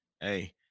Hey